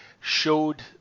showed